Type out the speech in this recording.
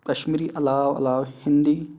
کَشمیٖری علاوٕ علاوٕ ہِندی